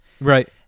Right